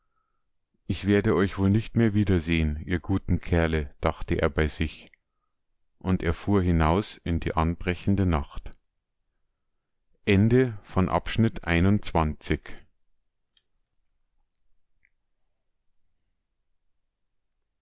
ich werde euch wohl nicht mehr wiedersehen ihr guten kerle dachte er bei sich und er fuhr hinaus in die anbrechende nacht